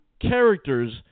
characters